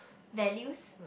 values